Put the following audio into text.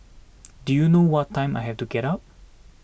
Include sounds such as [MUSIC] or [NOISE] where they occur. [NOISE] do you know what time I had to get up